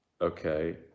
okay